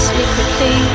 Secretly